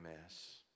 mess